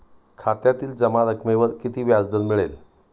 खात्यातील जमा रकमेवर किती व्याजदर मिळेल?